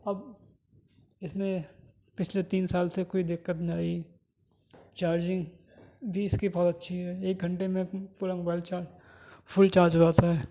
اب اس میں پچھلے تین سال سے کوئی دقت نہیں آئی چارجنگ بھی اس کی بہت اچھی ہے ایک گھنٹے میں پورا موبائل چارج فل چارج ہو جاتا ہے